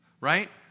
right